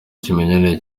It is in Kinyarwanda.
kimenyane